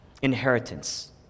inheritance